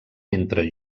entre